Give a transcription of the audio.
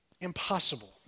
Impossible